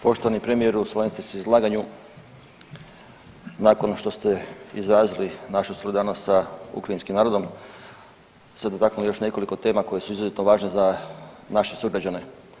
Poštovani premijeru, u svojem ste se izlaganju nakon što ste izrazili našu solidarnost sa ukrajinskim narodom se dotaknuli još nekoliko tema koje su izuzetno važne za naše sugrađane.